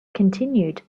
continued